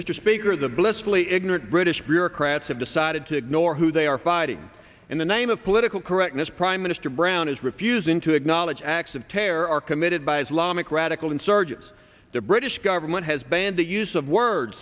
speaker the blissfully ignorant british bureaucrats have decided to ignore who they are fighting in the name of political correctness prime minister brown is refusing to acknowledge acts of terror are committed by islamic radical insurgents the british government has banned the use of word